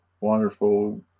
wonderful